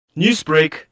Newsbreak